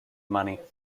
money